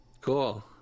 Cool